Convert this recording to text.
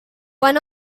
one